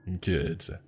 Kids